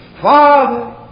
Father